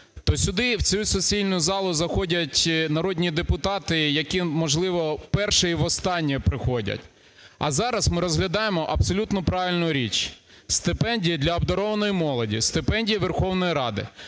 то сюди в цю сесійну залу заходять народні депутати, які, можливо, вперше і востаннє приходять. А зараз ми розглядаємо абсолютно правильну річ: стипендії для обдарованої молоді, стипендії Верховної Ради,